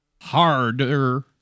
harder